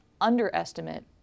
underestimate